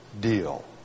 deal